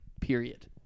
period